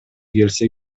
келсе